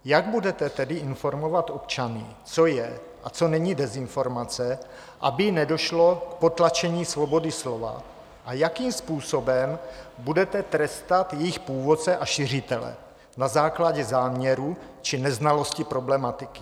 Jak budete tedy informovat občany, co je a co není dezinformace, aby nedošlo k potlačení svobody slova, a jakým způsobem budete trestat jejich původce a šiřitele na základě záměru či neznalosti problematiky?